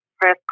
press